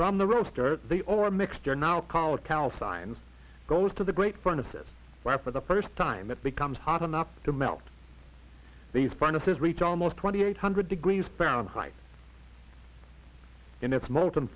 from the roaster they are a mixture now called callsigns goes to the great furnace is why for the first time it becomes hot enough to melt these fantasies reach almost twenty eight hundred degrees fahrenheit in its mo